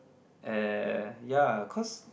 eh ya cause